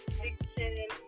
fiction